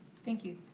thank you.